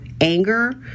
anger